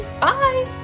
Bye